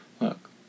Look